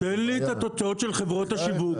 --- תן לי את התוצאות של חברות השיווק.